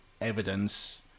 evidence